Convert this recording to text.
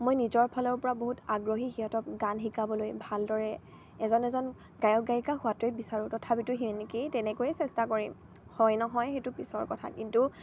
মই নিজৰ ফালৰ পৰা বহুত আগ্ৰহী সিহঁতক গান শিকাবলৈ ভালদৰে এজন এজন গায়ক গায়িকা হোৱাটোৱেই বিচাৰোঁ তথাপিতো নেকি তেনেকৈয়ে চেষ্টা কৰিম হয় নহয় সেইটো পিছৰ কথা কিন্তু